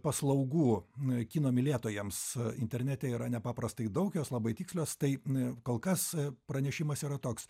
paslaugų kino mylėtojams internete yra nepaprastai daug jos labai tikslios tai kol kas pranešimas yra toks